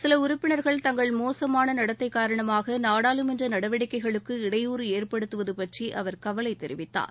சில உறுப்பினர்கள் தங்கள் மோசமான நடத்தை காரணமாக நாடாளுமன்ற நடவடிக்கைகளுக்கு இடையூறு ஏற்படுத்துவது பற்றி அவர் கவலைத் தெரிவித்தார்